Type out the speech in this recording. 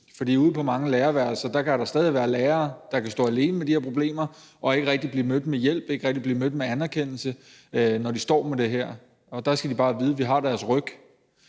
for ude på mange lærerværelser kan der stadig være lærere, der kan stå alene med de her problemer og ikke rigtig blive mødt med hjælp og ikke rigtig blive mødt med anerkendelse, når de står med det her. Der skal de bare vide, at vi har deres ryg.